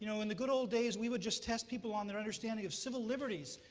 you know in the good old days, we would just test people on their understanding of civil liberties.